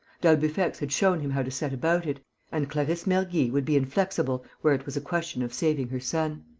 d'albufex had shown him how to set about it and clarisse mergy would be inflexible where it was a question of saving her son.